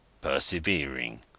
persevering